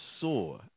saw